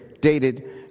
dated